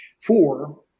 four